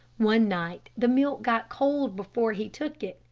one night the milk got cold before he took it,